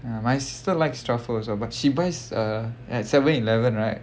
ya my sister likes truffle also but she buys uh at seven eleven right